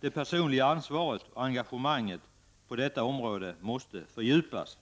Det personliga ansvaret och engagemanget på detta område måste fördjupas.